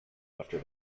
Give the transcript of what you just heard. after